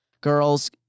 girls